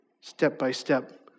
step-by-step